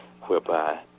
whereby